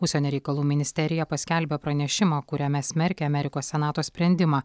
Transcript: užsienio reikalų ministerija paskelbė pranešimą kuriame smerkia amerikos senato sprendimą